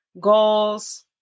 goals